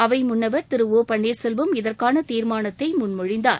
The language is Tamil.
அவை முன்னவர் திரு ஓபன்னீர்செல்வம் இதற்கான தீர்மானத்தை முன்மொழிந்தார்